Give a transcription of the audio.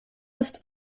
ist